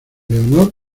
leonor